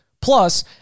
Plus